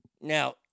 Now